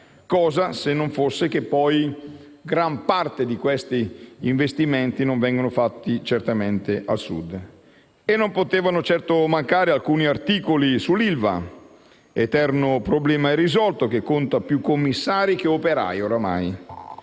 cosa, se non fosse che poi la gran parte di questi investimenti non viene fatta certamente al Sud. Non potevano certo mancare alcuni articoli sull'ILVA, eterno problema irrisolto, che ormai conta più commissari che operai.